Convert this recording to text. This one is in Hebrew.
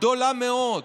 גדולה מאוד,